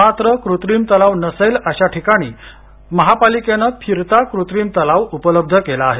मात्र कृत्रिम तलाव नसेल अशा ठिकाणी पालिकेने फिरता कृत्रिम तलाव उपलब्ध केला आहे